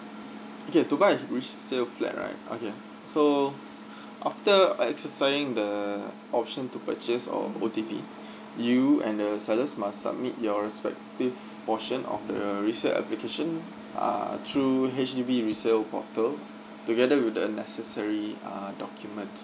okay to buy a resale flat right okay so after exercising the option to purchase or O_T_P you and the sellers must submit your respective portion of the resale application uh through H_D_B resale portal together with the necessary uh document